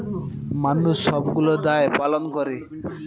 মানুষ সবগুলো দায় পালন করে